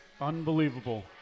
Unbelievable